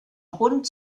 rund